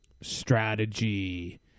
strategy